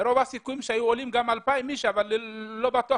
רוב הסיכויים שהיו עולים 2,000 אנשים אבל לא בטוח